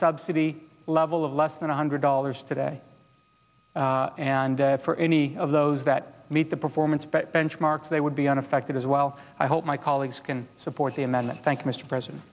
subsidy level of less than one hundred dollars today and for any of those that meet the performance benchmarks they would be unaffected as well i hope my colleagues can support the amendment thank mr president